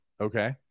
Okay